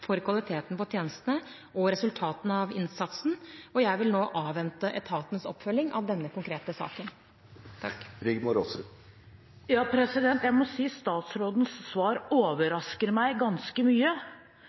for kvaliteten på tjenestene og resultatene av innsatsen. Jeg vil nå avvente etatens oppfølging av denne konkrete saken. Jeg må si at statsrådens svar